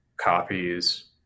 copies